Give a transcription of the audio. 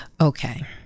Okay